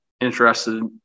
interested